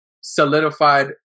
solidified